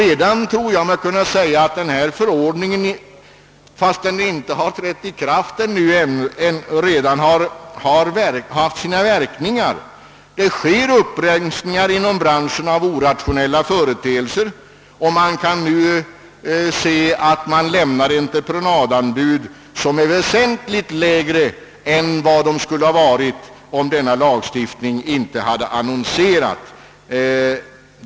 Jag tror mig också kunna säga att denna förordning, fast den ännu inte trätt i kraft, redan haft sina verkningar. Icke rationella företeelser inom branschen rensas bort, och det finns exempel på entreprenadanbud som är väsentligt lägre än vad de skulle ha varit, om denna lagstiftning inte hade annonserats.